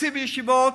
תקציב לישיבות,